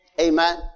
Amen